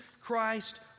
Christ